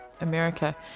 America